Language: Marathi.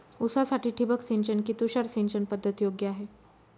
ऊसासाठी ठिबक सिंचन कि तुषार सिंचन पद्धत योग्य आहे?